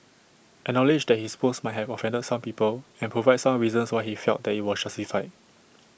acknowledge that his post might have offended some people and provide some reasons why he felt that IT was justified